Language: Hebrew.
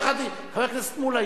חבר הכנסת מולה,